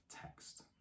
text